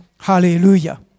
Hallelujah